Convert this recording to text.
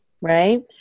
right